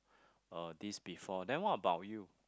uh this before then what about you